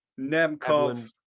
Nemkov